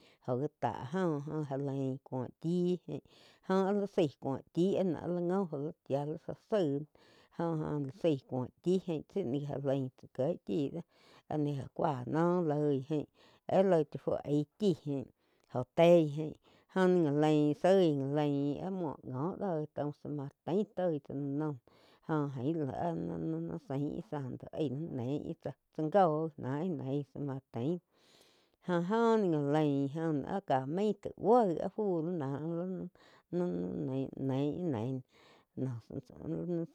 Jo gá táh go óh já lain cúo chi jain jo áh lá zaí cuó chi áh li ngo li chi li záh saig jo-jo lá zaí cúo chi jain tsi ni já lain tsá kieg chi do. Áh ni já cuá no loig jain éh laig tá fua aíh chi ján jo teíg jain óh ni gá lain zói ja lain áh múo ngo do gi taum záh martin toi tsá la noh jo jain áh no-no ni zaín íh santo aíh ni neí is tsá gó gi náh íh neí san martin jo óh ni gá lain jo ná ká main ti buó gi áh fu li ná li-li, nei íh nei-nei.